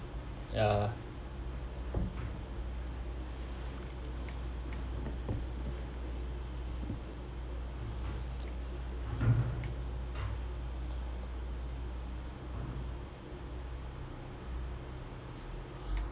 ya